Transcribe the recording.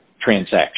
transaction